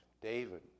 David